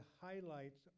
highlights